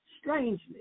strangely